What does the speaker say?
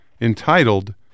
entitled